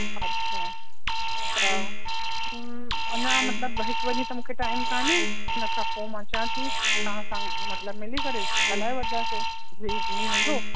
अच्छा त हम्म न मतिलबु हिक ॿ ॾींहं त मूंखे टाइम कोन्हे उन खां पोइ अचां थी तव्हां सां मतिलबु मिली करे ॻाल्हाए वठंदासीं जेको बि हूंदो